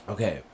Okay